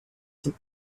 some